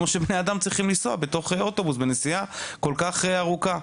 כמו שבני אדם צריכים לנסוע בתוך אוטובוס בנסיעה כל כך ארוכה.